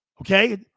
Okay